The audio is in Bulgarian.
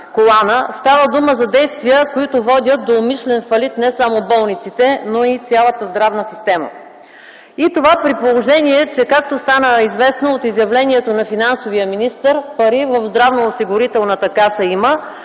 Става дума за действия, които водят до умишлен фалит не само болниците, но и цялата здравна система. Това е при положение, че, както стана известно от изявлението на финансовия министър – пари в Здравноосигурителната каса има,